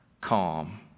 calm